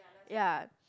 ya